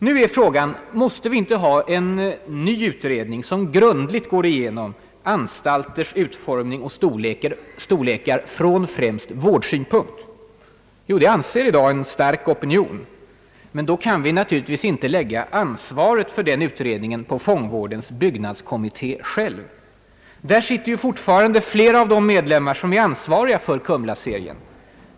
Nu är frågan: Måste vi inte ha en ny utredning, som grundligt går igenom anstalters utformning och storlekar, främst från vårdsynpunkt? Jo, det anser i dag en stark opinion. Men då kan vi naturligtvis inte lägga ansvaret för den utredningen på fångvårdens byggnadskommitté själv. Där sitter ju fortfarandet flera av de medlemmar, som är ansvariga för Kumlaserien.